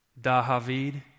Dahavid